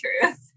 truth